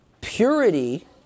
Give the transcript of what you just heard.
purity